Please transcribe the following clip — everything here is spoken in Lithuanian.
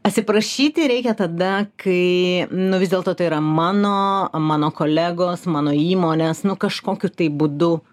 atsiprašyti reikia tada kai nu vis dėlto tai yra mano mano kolegos mano įmonės nu kažkokiu tai būdu